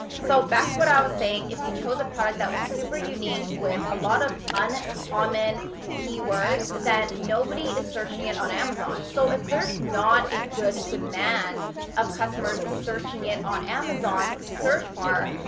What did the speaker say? so back to what i was saying, if you chose a product that was super unique with a lot of uncommon keywords then nobody is searching it on amazon. so if there is not a good demand of customers searching it on amazon's search bar,